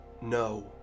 no